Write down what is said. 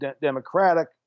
democratic